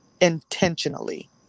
intentionally